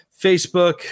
Facebook